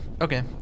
Okay